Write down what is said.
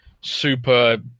super